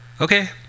Okay